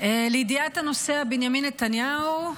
לידיעת הנוסע בנימין נתניהו,